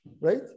right